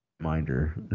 reminder